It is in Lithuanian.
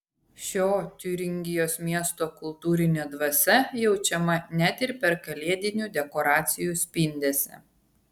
šio tiuringijos miesto kultūrinė dvasia jaučiama net ir per kalėdinių dekoracijų spindesį